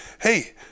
hey